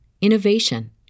innovation